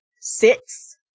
sits